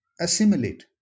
assimilate